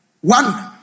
one